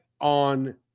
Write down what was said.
on